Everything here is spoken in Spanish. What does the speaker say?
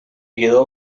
quedó